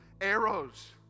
arrows